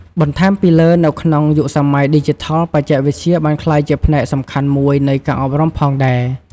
បន្ថែមពីលើនៅក្នុងយុគសម័យឌីជីថល បច្ចេកវិទ្យាបានក្លាយជាផ្នែកសំខាន់មួយនៃការអប់រំផងដែរ។